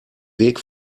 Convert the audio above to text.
weg